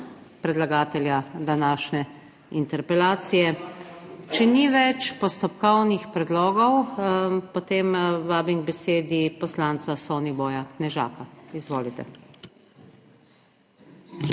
predlagatelja današnje interpelacije, če ni več postopkovnih predlogov, potem vabim k besedi poslanca Soniboja Knežaka, izvolite.